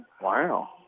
Wow